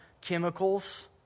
chemicals